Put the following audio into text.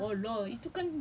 cakap lah